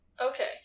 Okay